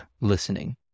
listening